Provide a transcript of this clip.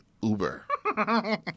Uber